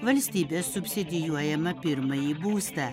valstybės subsidijuojamą pirmąjį būstą